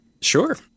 Sure